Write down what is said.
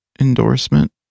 endorsement